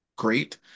Great